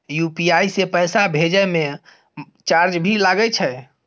UPI से पैसा भेजै म चार्ज भी लागे छै?